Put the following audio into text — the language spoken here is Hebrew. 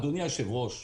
אדוני היושב-ראש,